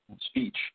speech